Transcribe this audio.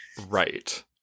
Right